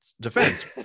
defense